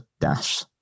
dash